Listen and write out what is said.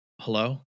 Hello